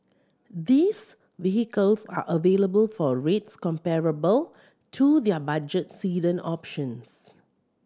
these vehicles are available for rates comparable to their budget sedan options